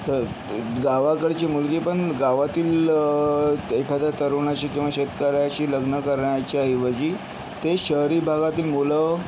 तर गावाकडची मुलगीपण गावातील एखाद्या तरुणाशी किंवा शेतकऱ्याशी लग्न करण्याच्याऐवजी ते शहरी भागातील मुलं